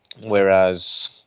Whereas